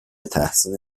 تحسین